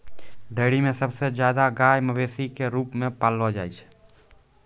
dairy म सबसे जादा गाय मवेशी क रूप म पाललो जाय छै